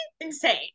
insane